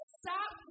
stop